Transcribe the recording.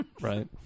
Right